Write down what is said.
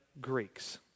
Greeks